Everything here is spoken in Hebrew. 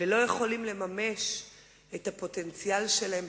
וברמה הבין-לאומית,